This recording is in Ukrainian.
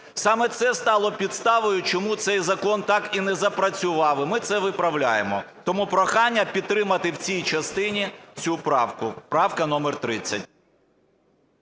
Саме це стало підставою, чому цей закон так і не запрацював, і ми це виправляємо. Тому прохання підтримати в цій частині цю правку, правка номер 30.